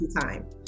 time